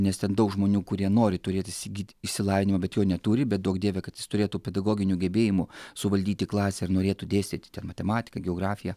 nes ten daug žmonių kurie nori turėt įsigyt išsilavinimą bet jo neturi bet duok dieve kad jis turėtų pedagoginių gebėjimų suvaldyti klasę ir norėtų dėstyti ten matematiką geografiją